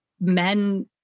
men